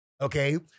Okay